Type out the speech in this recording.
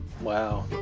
wow